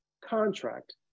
contract